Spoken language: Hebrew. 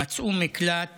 מצאו מקלט